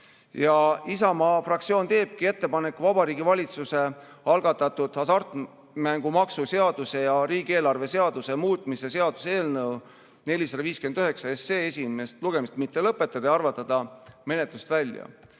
Isamaa fraktsioon teebki ettepaneku Vabariigi Valitsuse algatatud hasartmängumaksu seaduse ja riigieelarve seaduse muutmise seaduse eelnõu 459 esimest lugemist mitte lõpetada ja arvata ta menetlusest välja.